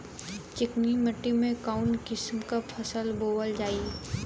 चिकनी मिट्टी में कऊन कसमक फसल बोवल जाई?